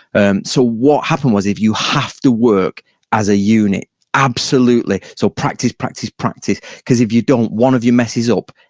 and so what happened was you have to work as a unit absolutely, so practice, practice, practice because if you don't, one of you messes up,